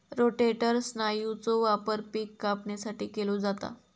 rotator स्नायूचो वापर पिक कापणीसाठी केलो जाता